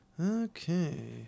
Okay